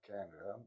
Canada